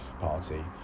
party